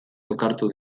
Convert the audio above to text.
lokartu